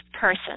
person